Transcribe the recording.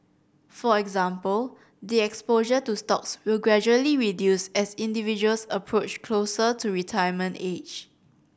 for example the exposure to stocks will gradually reduce as individuals approach closer to retirement age